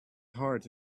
heart